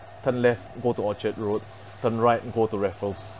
turn left go to orchard road turn right go to raffles